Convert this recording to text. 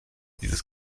dieses